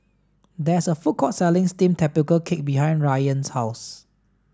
there is a food court selling steamed tapioca cake behind Rayan's house